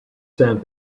sand